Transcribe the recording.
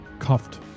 cuffed